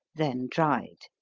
then dried.